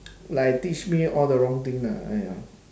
like teach me all the wrong thing lah !aiya!